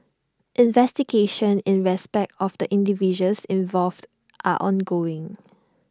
investigations in respect of the individuals involved are ongoing